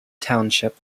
township